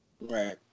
Right